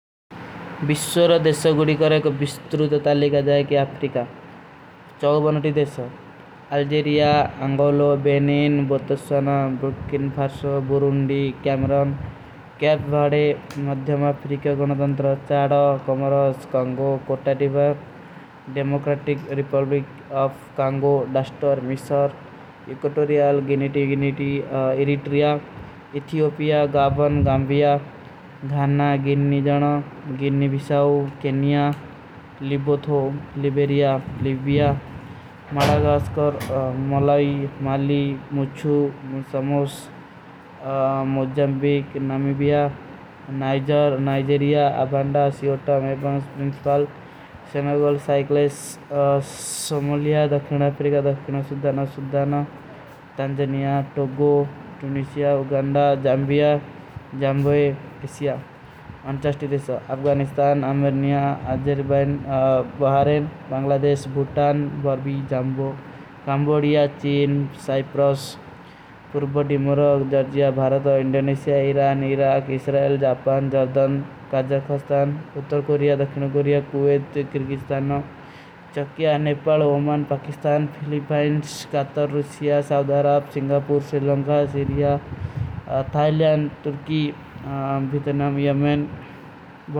ଵିଶ୍ଵର ଦେଶା ଗୁଡୀ କରେକ ଵିଷ୍ଟ୍ରୂତ ତାଲେଗା ଜାଏକେ ଆପ୍ରିକା। ଚାଓଗ ବନୁଟୀ ଦେଶା। Algeria, Angola, Benin, Botswana, Burkina, Faso, Burundi, Cameroon, Cape Verde, ମଧ୍ଯମାପ୍ରିକା, ଗୁନଦଂତର। ଚାଡା, କମରଣ, କାଂଗୋ, କୋଟା ଡିବର୍କ, ଡେମୋକ୍ରାଟିକ, ରିପଲ୍ବିକ ଅଫ, କାଂଗୋ, ଡସ୍ଟର, ମିସର, Equatorial, Guinea. Guinea, Eritrea, Ethiopia, Gabon, Gambia, Ghana, Guinea ଜଣ, Guinea Bissau, Kenya, Lesotho, Liberia, Libya. Madagascar, Malawi, Mali, ମୁଚ୍ଛୂ, ସମୋସ, Mozambique, Namibia, ନାଇଜର, Nigeria, Rwanda, ସିଯୋଟା, ମେବଂସ। ପ୍ରିଂସ୍ପାଲ, ସେନାଗଲ, ସାଇକଲେସ, ସମୋଲିଯା, ଦକ୍ Zambia, Asia, ଅଂଚାସ୍ଟି ଦେଶା, Afghanistan, Armenia, Azerbaijan. Bahrain, Bangladesh, Bhutan, ବର୍ଵୀ, ଜଂବୋ, କାମବୋରିଯା, ଚୀନ, ସାଇପରୋସ, ପୁରୁପୋ, ଦିମୁରୋଗ, Georgia, Bharat, Indonesia. Iran, Iraq, Israel, ଜାପ ତୁର୍କୀ, ଭିତନମ, ଯମେନ, ବହୁତ ହୈ, ଅସ୍ଟ୍ରିଯାର, ଵିନିଯା, ଅଂଡୋରା, ଅମେର୍ନିଯା।